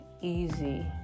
easy